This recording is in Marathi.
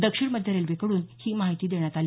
दक्षिण मध्य रेल्वेकडून ही माहिती देण्यात आली